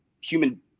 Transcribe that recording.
human